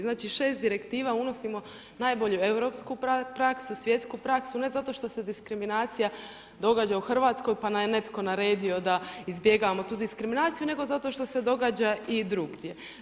Znači šest direktiva unosimo najbolju europsku praksu, svjetsku praksu ne zato što se diskriminacija događa u Hrvatskoj pa nam je netko naredio da izbjegavamo tu diskriminaciju nego zato što se događa i drugdje.